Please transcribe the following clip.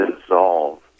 dissolve